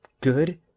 good